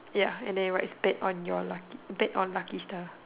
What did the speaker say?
ya they write bet on your lucky bet on lucky star